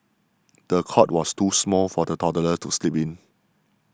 the cot was too small for the toddler to sleep in